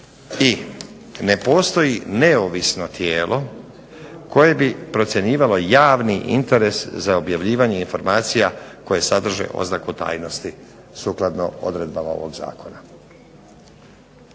I ne postoji neovisno tijelo koje bi procjenjivalo javni interes za objavljivanje informacija koje sadrže oznaku tajnosti sukladno odredbama ovog zakona.